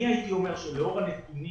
אני הייתי אומר שלאור הנתונים